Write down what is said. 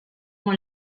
como